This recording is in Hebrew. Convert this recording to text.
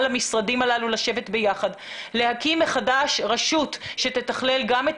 למשרדים הללו לשבת ביחד ולהקים מחדש רשות שתתכלל גם את